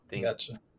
Gotcha